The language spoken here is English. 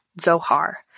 zohar